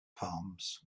palms